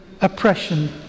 oppression